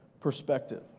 perspective